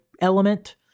element